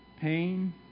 Pain